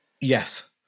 Yes